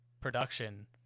production